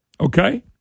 Okay